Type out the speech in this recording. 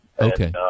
Okay